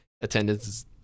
attendance